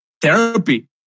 therapy